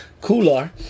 Cooler